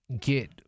get